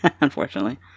Unfortunately